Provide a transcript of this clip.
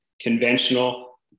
conventional